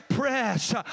press